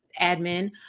admin